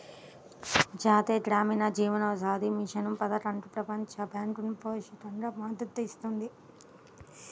జాతీయ గ్రామీణ జీవనోపాధి మిషన్ పథకానికి ప్రపంచ బ్యాంకు పాక్షికంగా మద్దతు ఇస్తుంది